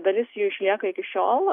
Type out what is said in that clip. dalis jų išlieka iki šiol